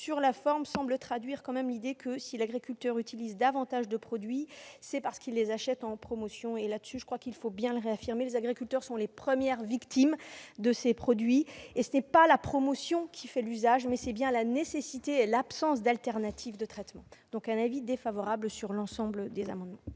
mesure semble traduire l'idée que, si l'agriculteur utilise davantage de produits, c'est parce qu'il les achète en promotion. Je crois qu'il faut bien réaffirmer que les agriculteurs sont les premières victimes de ces produits et que c'est non pas la promotion qui fait l'usage, mais bien la nécessité et l'absence d'alternative de traitement. Dès lors, la commission est défavorable à l'ensemble des amendements.